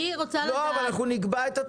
אבל אנחנו נקבע את התנאים.